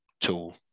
tool